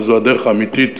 וזו הדרך האמיתית